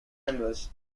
members